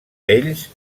ells